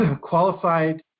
qualified